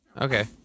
Okay